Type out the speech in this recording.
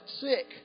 sick